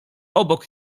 obok